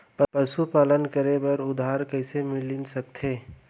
पशुपालन करे बर उधार कइसे मिलिस सकथे?